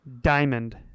Diamond